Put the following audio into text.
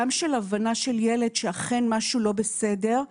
גם של הבנה של ילד שאכן משהו לא בסדר,